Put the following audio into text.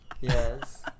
Yes